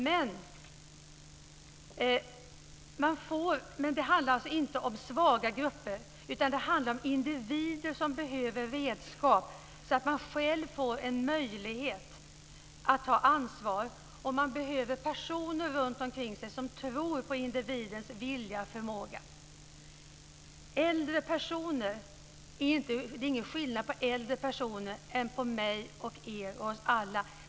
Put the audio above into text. Men det handlar alltså inte om svaga grupper, utan det handlar om individer som behöver sådana redskap att de själva får en möjlighet att ta ansvar. Man behöver personer runtomkring sig som tror på individens vilja och förmåga. Det är ingen skillnad mellan äldre personer och mig och er, ja, oss alla.